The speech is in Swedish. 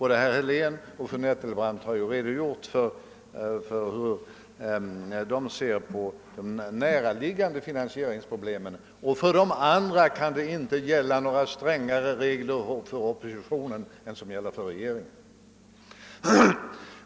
Både herr Helén och fru Nettelbrandt har ju redogjort för hur de ser på de näraliggande finansieringsproblemen, och det kan inte gälla strängare regler för oppositionen än för regeringen för tiden därefter.